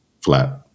Flat